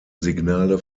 signale